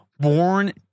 born